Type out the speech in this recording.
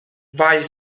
while